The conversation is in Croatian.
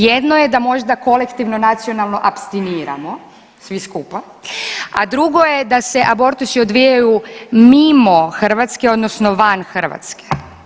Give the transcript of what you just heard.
Jedno je da možda kolektivno nacionalno apstiniramo svi skupa, a drugo je da se abortusi odvijaju mimo Hrvatske, odnosno van Hrvatske.